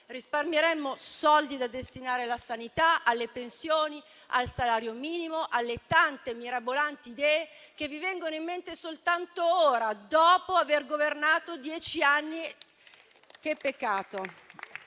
risparmieremmo soldi da destinare alla sanità, alle pensioni, al salario minimo, alle tante mirabolanti idee che vi vengono in mente soltanto ora, dopo aver governato dieci anni. Che peccato!